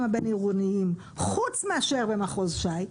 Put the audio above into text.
הבין-עירוניים חוץ מאשר במחוז ש"י,